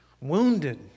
wounded